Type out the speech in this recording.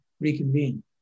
reconvene